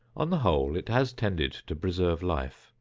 on the whole it has tended to preserve life,